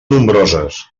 nombroses